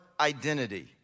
identity